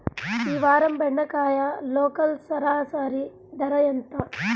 ఈ వారం బెండకాయ లోకల్ సరాసరి ధర ఎంత?